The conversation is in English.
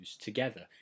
together